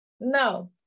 no